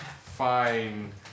fine